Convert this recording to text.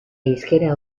hizkera